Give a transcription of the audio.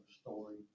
story